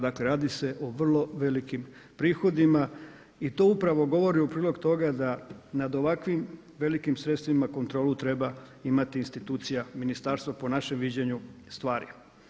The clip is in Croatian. Dakle, radi se o vrlo velikim prihodima i to upravo govori u prilog toga da nad ovakvim velikim sredstvima kontrolu treba imati institucija ministarstva po našem viđenju stvari.